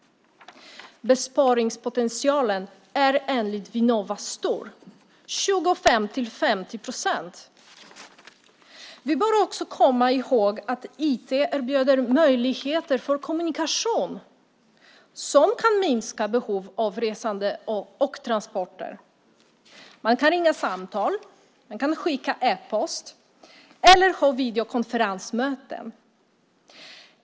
Besparingspotentialen är enligt Vinnova stor, 25-50 procent. Vi bör också komma ihåg att IT erbjuder möjligheter för kommunikation som kan minska behov av resande och transporter. Man kan ringa samtal, skicka e-post eller ha videokonferenser.